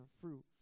fruit